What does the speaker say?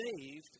saved